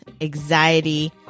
anxiety